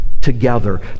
together